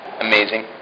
Amazing